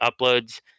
uploads